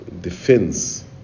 defense